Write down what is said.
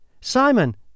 Simon